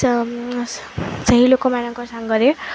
ସେହି ଲୋକମାନଙ୍କ ସାଙ୍ଗରେ